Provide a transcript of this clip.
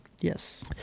Yes